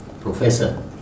professor